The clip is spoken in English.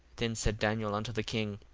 then said daniel unto the king,